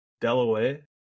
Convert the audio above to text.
Delaware